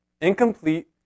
incomplete